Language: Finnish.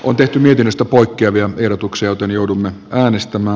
on tehty virrasta poikkeavia ehdotuksia työn joudumme äänestämä